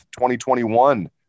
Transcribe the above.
2021